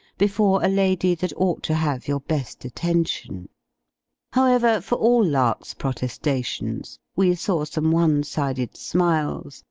before a lady that ought to have your best attention however, for all lark's protestations, we saw some one-sided smiles,